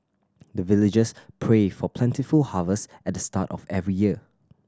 the villagers pray for plentiful harvest at the start of every year